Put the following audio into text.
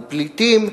על פליטים,